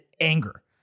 anger